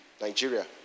Nigeria